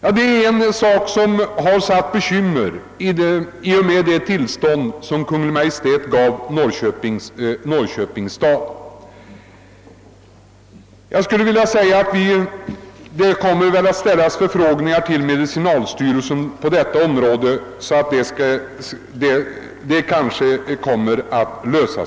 Detta är en sak som vållat bekymmer i och med det tillstånd Kungl. Maj:t gav Norrköpings stad. Förfrågningar kommer säkerligen att ställas till medicinalstyrelsen så att detta problem bringas ur världen.